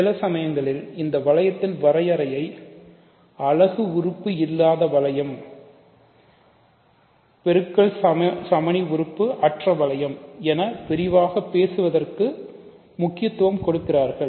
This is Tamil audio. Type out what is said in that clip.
சில சமயங்களில் இந்த வளையத்தின் வரையறையை அலகு உறுப்பு இல்லாத வளையம் பெருக்கல் சமணி உறுப்பு அற்ற வளையம் என விரிவாக பேசுவதற்கு முக்கியத்துவம் கொடுக்கிறார்கள்